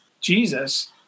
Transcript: Jesus